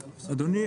אדוני,